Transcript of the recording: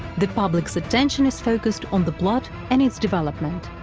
the public's attention is focused on the plot and its development.